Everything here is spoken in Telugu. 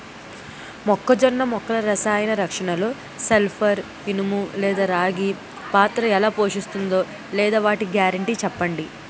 మొక్కజొన్న మొక్కల రసాయన రక్షణలో సల్పర్, ఇనుము లేదా రాగి పాత్ర ఎలా పోషిస్తుందో లేదా వాటి గ్యారంటీ చెప్పండి